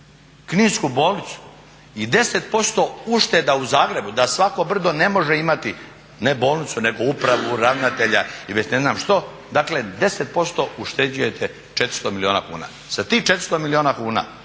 kninsku bolnicu i 10% ušteda u Zagrebu da svako brdo ne može imati ne bolnicu nego upravu, ravnatelja i već ne znam što, dakle 10% ušteđujete 400 milijuna kuna. Sa tih 400 milijuna kuna